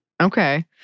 Okay